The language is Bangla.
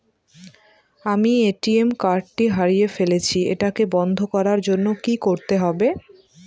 আমি এ.টি.এম কার্ড টি হারিয়ে ফেলেছি এটাকে বন্ধ করার জন্য কি করতে হবে?